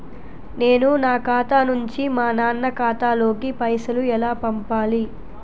నేను నా ఖాతా నుంచి మా నాన్న ఖాతా లోకి పైసలు ఎలా పంపాలి?